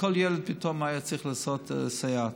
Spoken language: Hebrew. לכל ילד פתאום היה צריך לעשות סייעת,